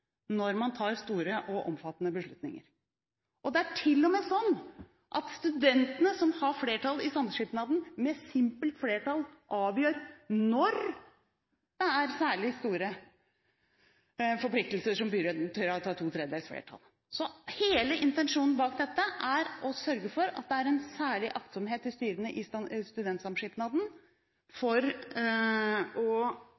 når man tar store og omfattende beslutninger. Det er til og med slik at studentene, som har flertall i samskipnaden, med simpelt flertall avgjør når det er særlig store forpliktelser som krever to tredjedels flertall. Så hele intensjonen bak dette er å sørge for at det er en særlig aktsomhet i styrene i studentsamskipnaden